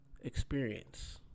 Experience